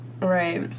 Right